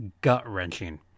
gut-wrenching